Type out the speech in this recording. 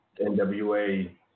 NWA